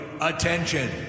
Attention